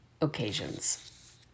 occasions